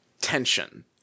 tension